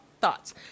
thoughts